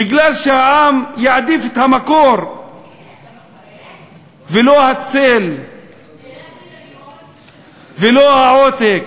מפני שהעם יעדיף את המקור ולא את הצל ולא את העותק.